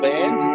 Band